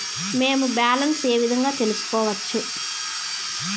మేము బ్యాలెన్స్ ఏ విధంగా తెలుసుకోవచ్చు?